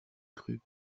cru